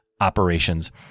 operations